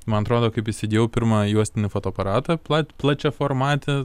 man atrodo kaip įsigijau pirmą juostinį fotoaparatą pla plačiaformatį